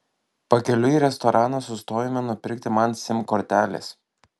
pakeliui į restoraną sustojome nupirkti man sim kortelės